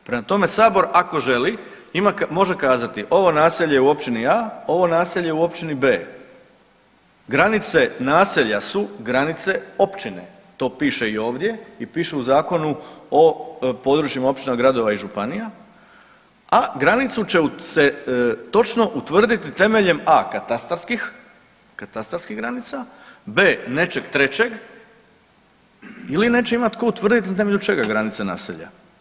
Prema tome, Sabor, ako želi, može kazati, ovo naselje u općini A, ovo naselje u općini B. Granice naselja su granice općine, to piše i ovdje i piše u Zakonu o područnim općinama gradova i županija, a granicu će točno utvrditi temeljem a)katastarskih granica, b)nečeg trećeg ili neće imati tko utvrditi na temelju čega granice naselja.